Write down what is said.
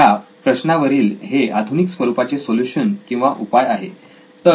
त्या प्रश्नावरील हे आधुनिक स्वरूपाचे सोल्युशन किंवा उपाय आहे